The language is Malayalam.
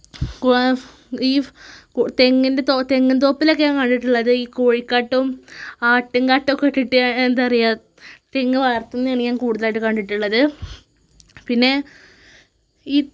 ഈ തെങ്ങിൻ്റെ തോ തെങ്ങിന്തോപ്പിലൊക്കെ ഞാൻ കണ്ടിട്ടുള്ളത് ഈ കോഴിക്കട്ടും ആട്ടിൻ കാട്ടമൊക്കെ ഇട്ടിട്ട് എന്താ പറയുക തെങ്ങ് വളർത്തുന്നെയാണ് ഞാൻ കൂടുതലായിട്ട് കണ്ടിട്ടുള്ളത് പിന്നെ ഈ